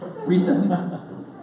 recently